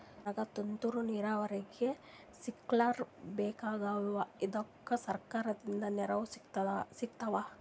ನನಗ ತುಂತೂರು ನೀರಾವರಿಗೆ ಸ್ಪಿಂಕ್ಲರ ಬೇಕಾಗ್ಯಾವ ಇದುಕ ಸರ್ಕಾರಿ ನೆರವು ಸಿಗತ್ತಾವ?